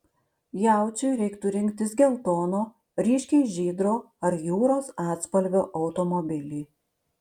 jaučiui reiktų rinktis geltono ryškiai žydro ar jūros atspalvio automobilį